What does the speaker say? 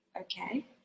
Okay